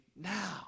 now